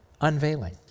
unveiling